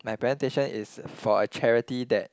my presentation is for a charity that